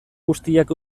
guztiak